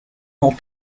more